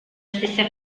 stessa